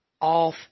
off